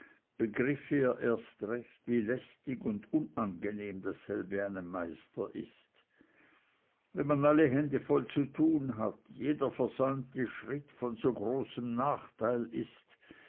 begriff er erst recht wie lästig und unangenehm dasselbe einem meister ist wenn man alle hände voll zu tun hat jeder versäumte schritt von so großem nachteil ist